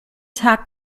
tag